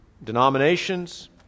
denominations